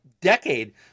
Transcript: decade